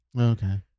Okay